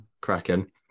Cracking